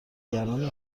نگران